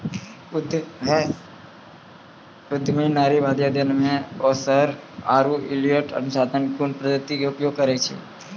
उद्यमी नारीवाद अध्ययन मे ओरसर आरु इलियट अनुसंधान गुण पद्धति के उपयोग करै छै